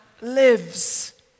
lives